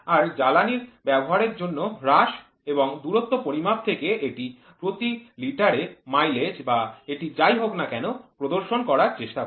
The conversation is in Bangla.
আর জ্বালানীর ব্যবহারের জন্য হ্রাস এবং দূরত্ব পরিমাপ থেকে এটি প্রতি লিটারে মাইলেজ বা এটি যাই হোক না কেন প্রদর্শন করার চেষ্টা করে